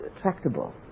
tractable